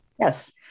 Yes